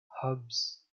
hubs